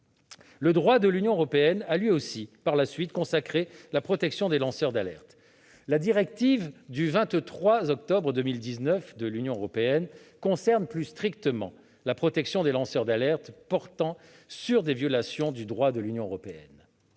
Le droit de l'Union européenne a, lui aussi, par la suite, consacré la protection des lanceurs d'alerte. La directive du 23 octobre 2019 concerne plus strictement la protection des lanceurs d'alerte portant sur des violations du droit de l'Union européenne.